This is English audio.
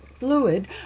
Fluid